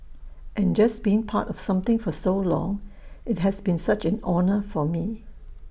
and just being part of something for so long IT has been such an honour for me